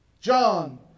John